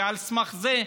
ועל סמך זה,